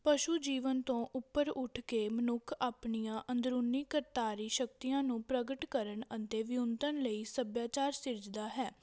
ਪਸ਼ੂ ਜੀਵਨ ਤੋਂ ਉੱਪਰ ਉੱਠ ਕੇ ਮਨੁੱਖ ਆਪਣੀਆਂ ਅੰਦਰੂਨੀ ਕਰਤਾਰੀ ਸ਼ਕਤੀਆਂ ਨੂੰ ਪ੍ਰਗਟ ਕਰਨ ਅਤੇ ਵਿਉਂਤਣ ਲਈ ਸੱਭਿਆਚਾਰ ਸਿਰਜਦਾ ਹੈ